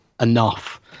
enough